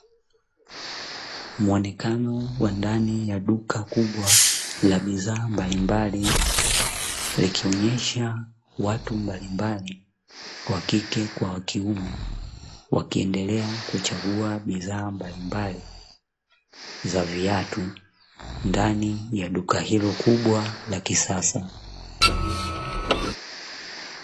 Muonekano wa ndani ya duka kubwa la bidhaa mbalimbali likionesha watu mbalimbali wakike kwa wakiume ,wakiendelea kuchagua bidhaa mbalimbali za viatu ndani ya duka hilo kubwa la kisasa.